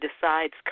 decides